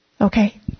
Okay